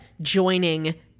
joining